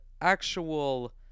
actual